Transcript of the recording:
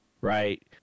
Right